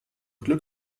glück